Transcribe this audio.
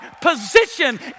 position